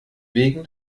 wegen